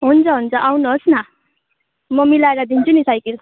हुन्छ हुन्छ आउनुहोस् न म मिलाएर दिन्छु नि साइकिल